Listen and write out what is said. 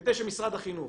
כדי שמשרד החינוך